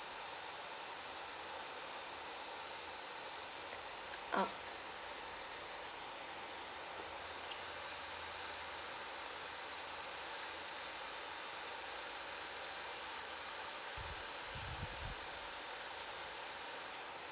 uh